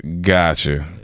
Gotcha